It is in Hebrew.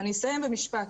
ואני אסיים במשפט,